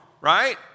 right